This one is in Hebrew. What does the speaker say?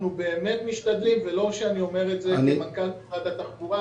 אנחנו באמת משתדלים ולא שאני אומר את זה כמנכ"ל משרד התחבורה,